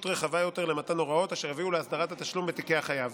רחבה יותר למתן הוראות אשר יביאו להסדרת התשלום בתיקי החייב.